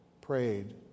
prayed